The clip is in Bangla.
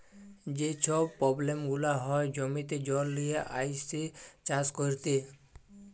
যে ছব পব্লেম গুলা হ্যয় জমিতে জল লিয়ে আইসে চাষ ক্যইরতে